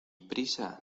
prisa